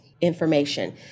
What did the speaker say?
information